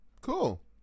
Cool